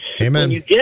Amen